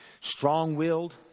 Strong-willed